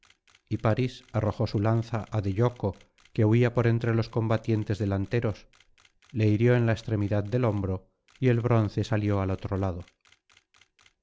y parís arrojó su lanza á deyoco que huía por entre los combatientes delanteros le hirió en la extremidad del hombro y el bronce salió al otro lado